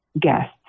guests